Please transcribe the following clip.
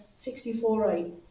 64.8